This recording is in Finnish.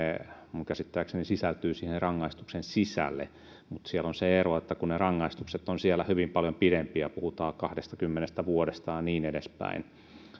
minun käsittääkseni sisältyvät siihen rangaistuksen sisälle mutta siellä on se ero että kun rangaistukset ovat siellä hyvin paljon pidempiä puhutaan kahdestakymmenestä vuodesta ja niin edespäin